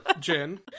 Jen